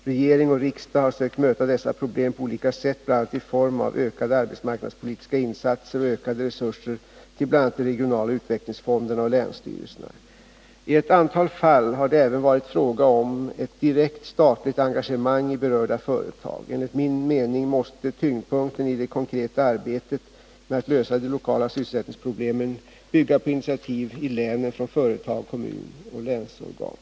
Regering och riksdag har sökt möta dessa problem på olika sätt, bl.a. i form av ökade arbetsmarknadspolitiska insatser och ökade resurser till bl.a. de regionala utvecklingsfonderna och länsstyrelserna. I ett antal fall har det även varit fråga om ett direkt statligt engagemang i berörda företag. Enligt min mening måste tyngdpunkten i det konkreta arbetet med att lösa de lokala sysselsättningsproblemen bygga på initiativ i länen från företag, kommun och länsorgan.